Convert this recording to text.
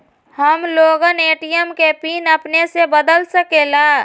हम लोगन ए.टी.एम के पिन अपने से बदल सकेला?